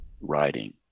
writing